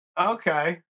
okay